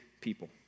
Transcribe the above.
people